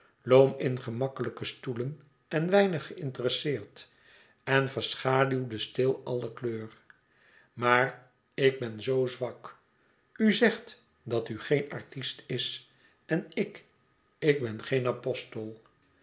loom in gemakkelijke stoelen en weinig geïnteresseerd en verschaduwde stil alle kleur maar ik ben zoo zwak u zegt dat u geen artist is en ik ik ben geen apostel